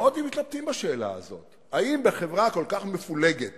שמאוד מתלבטים בשאלה הזאת, האם בחברה כל כך מפולגת